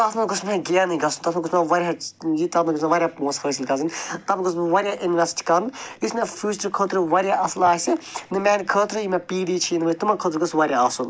تَتھ منٛز گوٚژھ مےٚ گینٕے گژھُن تتھ منٛز گوٚژھ مےٚ واریاہ یہِ تتھ منٛز گٔژھۍ مےٚ واریاہ پونٛسہٕ حٲصل گَژھٕنۍ تتھ منٛز واریاہ اِنوٮ۪سٹ کرُن یُس مےٚ فیوٗچر خٲطرٕ واریاہ اصٕل آسہِ یِم میٛانہِ خٲطرٕ یہِ مےٚ پیٖڈی چھِ یِنہٕ وٲج تِمَن خٲطرٕ گوٚژھ واریاہ آسُن